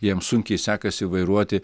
jiems sunkiai sekasi vairuoti